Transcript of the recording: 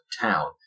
town